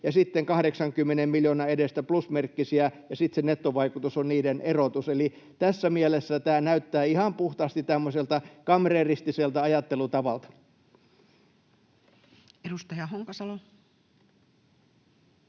ja sitten 80 miljoonan edestä plusmerkkisiä, ja sitten se nettovaikutus on niiden erotus, eli tässä mielessä tämä näyttää ihan puhtaasti tämmöiseltä kamreeristiselta ajattelutavalta. [Speech 178]